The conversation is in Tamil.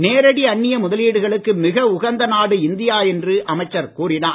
நேரடி அந்நிய முதலீடுகளுக்கு மிக உகந்த நாடு இந்தியா என்று அமைச்சர் கூறினார்